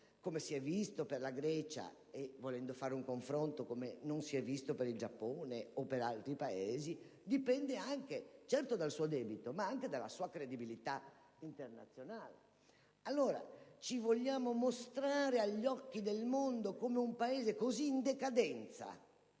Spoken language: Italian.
come si è visto per la Grecia e, volendo fare un confronto, come non si è visto per il Giappone o per altri Stati - dipendono dal debito del Paese, ma anche dalla sua credibilità internazionale. Allora, vorrei sapere se vogliamo mostrarci agli occhi del mondo come un Paese così in decadenza